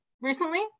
recently